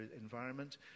environment